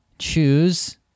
choose